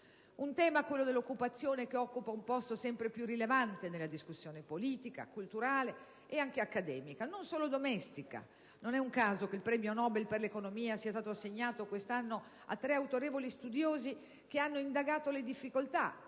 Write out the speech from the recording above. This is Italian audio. un tema, quello dell'occupazione, che riveste un posto sempre più rilevante nella discussione politica, culturale e anche accademica, non solo domestica. Non è un caso che il Premio Nobel per l'economia sia stato assegnato quest'anno a tre autorevoli studiosi che hanno indagato le difficoltà